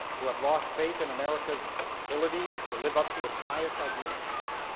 who have lost faith in america's capacity to live up to its highest ideals.